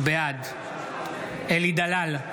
בעד אלי דלל,